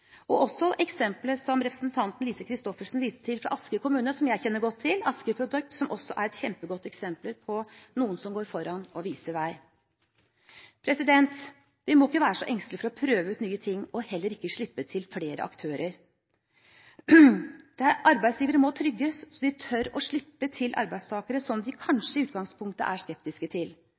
som representanten Lise Christoffersen viste til fra Asker kommune, og som jeg kjenner godt til, Asker Produkt, er også et kjempegodt eksempel på noen som går foran og viser vei. Vi må ikke være så engstelige for å prøve ut nye ting, og heller ikke for å slippe til flere aktører. Arbeidsgivere må trygges, slik at de tør å slippe til arbeidstakere som de i utgangspunktet kanskje er skeptiske til.